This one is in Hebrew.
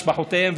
משפחותיהם,